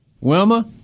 Wilma